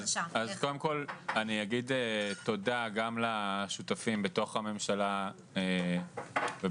קודם כל אני אגיד תודה גם לשותפים בתוך הממשלה ובקואליציה.